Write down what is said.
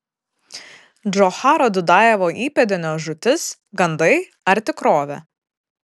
džocharo dudajevo įpėdinio žūtis gandai ar tikrovė